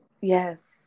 yes